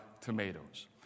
tomatoes